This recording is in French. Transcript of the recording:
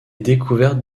découverte